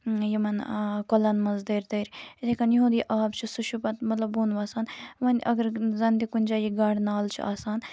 یِمَن کۄلَن مَنز دٲرۍ دٲرۍ یِتھٕے کٔنۍ یِہُند یہِ آب چھُ سُہ چھُ پَتہٕ مطلب بۄن وَسان وۄنۍ اگر زَن تہِ کُنہِ جایہِ یہِ گاڈٕ نالہٕ چھ آسان